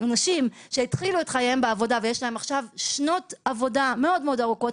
אנשים שהתחילו את חייהם בעבודה ויש להם עכשיו שנות עבודה מאוד ארוכות.